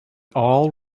all